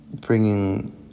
bringing